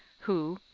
who,